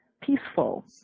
peaceful